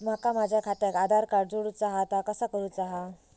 माका माझा खात्याक आधार कार्ड जोडूचा हा ता कसा करुचा हा?